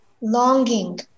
longing